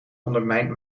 ondermijnt